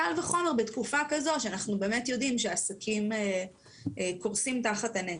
קל וחומר בתקופה כזאת שאנחנו באמת יודעים שהעסקים קורסים תחת הנטל.